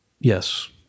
Yes